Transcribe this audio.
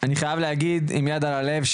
אני חייב להגיד עם יד על הלב,